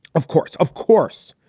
of course. of course,